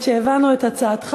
אני חושבת שהבנו את הצעתך.